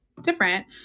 different